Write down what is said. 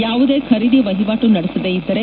ಯಾವುದೇ ಖರೀದಿ ವಹಿವಾಟು ನಡೆಸದೇ ಇದ್ದರೆ